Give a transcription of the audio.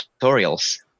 tutorials